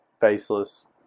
faceless